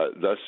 thus